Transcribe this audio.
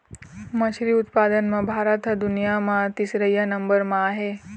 मछरी उत्पादन म भारत ह दुनिया म तीसरइया नंबर म आहे